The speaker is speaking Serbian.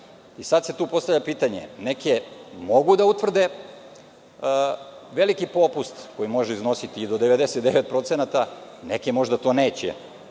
i sada se tu postavlja pitanje – neke mogu da utvrde veliki popust koji može iznositi i do 99%, neke možda to neće